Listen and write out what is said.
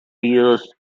tears